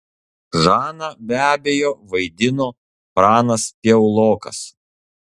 žaną be abejo vaidino pranas piaulokas